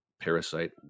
Parasite